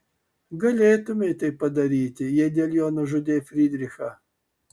galėtumei tai padaryti jei dėl jo nužudei frydrichą